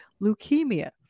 leukemia